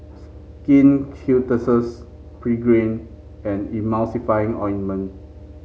Skin Ceuticals Pregain and Emulsying Ointment